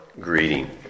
greeting